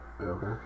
Okay